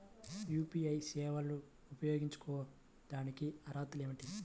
UPI సేవలు ఉపయోగించుకోటానికి అర్హతలు ఏమిటీ?